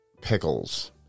pickles